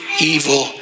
evil